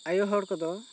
ᱟᱭᱳ ᱦᱚᱲ ᱠᱚᱫᱚ